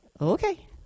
okay